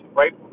right